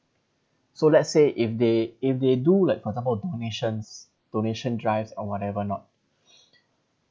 so let's say if they if they do like for example donations donation drives or whatever not